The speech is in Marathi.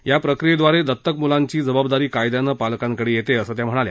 या प्रक्रियेद्वारे दतक मूलांची जबाबदारी कायद्यानं पालकांकडे येते असं त्या म्हणाल्या